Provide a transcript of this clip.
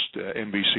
NBC